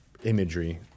imagery